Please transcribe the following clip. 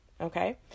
Okay